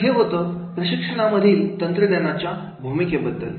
तर हे सर्व होतं प्रशिक्षणा मधील तंत्रज्ञानाच्या भूमिकेबद्दल